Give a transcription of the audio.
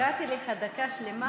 הפרעתי לך דקה שלמה?